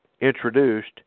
introduced